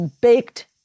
baked